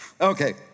Okay